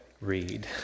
read